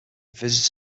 visitors